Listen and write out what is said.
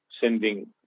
sending